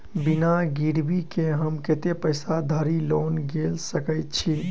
बिना गिरबी केँ हम कतेक पैसा धरि लोन गेल सकैत छी?